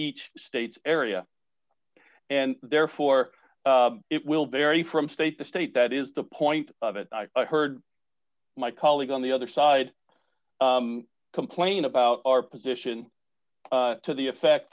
each state's area and therefore it will vary from state to state that is the point of it i heard my colleague on the other side complaining about our position to the effect